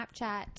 snapchat